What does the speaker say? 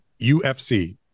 UFC